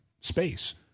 space